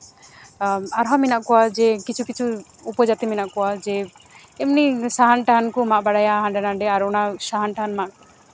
ᱟᱨᱦᱚᱸ ᱢᱮᱱᱟᱜ ᱠᱚᱣᱟ ᱡᱮ ᱠᱤᱪᱷᱩ ᱠᱤᱪᱷᱩ ᱩᱯᱚᱡᱟᱹᱛᱤ ᱢᱮᱱᱟᱜ ᱠᱚᱣᱟ ᱡᱮ ᱮᱢᱱᱤ ᱥᱟᱦᱟᱱ ᱴᱟᱦᱟᱱ ᱠᱚ ᱢᱟᱜ ᱵᱟᱲᱟᱭᱟ ᱦᱟᱸᱰᱮ ᱱᱷᱟᱰᱮ ᱟᱨ ᱚᱱᱟ ᱥᱟᱦᱟᱱ ᱴᱟᱦᱟᱱ ᱢᱟᱜ